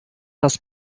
das